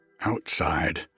outside